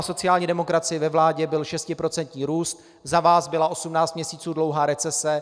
Když byla sociální demokracie ve vládě, byl šestiprocentní růst, za vás byla 18 měsíců dlouhá recese.